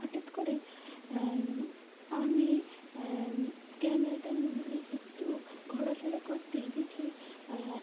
হঠাৎ করে আমি ক্যামেরাটা নিয়ে একটু ঘোরাফেরা করতে দেখি